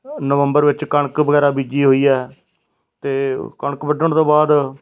ਨਵੰਬਰ ਵਿੱਚ ਕਣਕ ਵਗੈਰਾ ਬੀਜੀ ਹੋਈ ਆ ਅਤੇ ਕਣਕ ਵੱਢਣ ਤੋਂ ਬਾਅਦ